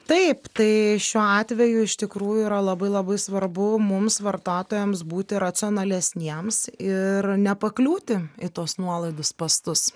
taip tai šiuo atveju iš tikrųjų yra labai labai svarbu mums vartotojams būti racionalesniems ir nepakliūti į tuos nuolaidų spąstus